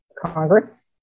Congress